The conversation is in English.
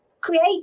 create